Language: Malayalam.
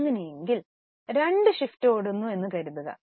അങ്ങനെ എങ്കിൽ 2 ഷിഫ്റ്റിൽ ഓടുന്നു എന്ന് കരുതുക